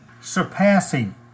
surpassing